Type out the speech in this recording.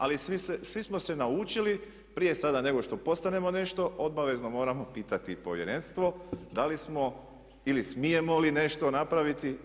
Ali svi smo se naučili prije sada nego što postanemo nešto obavezno moramo pitati povjerenstvo da li smo ili smijemo li nešto napraviti.